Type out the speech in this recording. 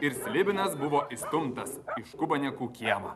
ir slibinas buvo įstumtas į škubanėkų kiemą